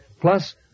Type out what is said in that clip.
plus